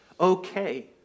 okay